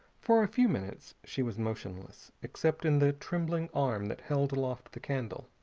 for a few minutes she was motionless, except in the trembling arm that held aloft the candle.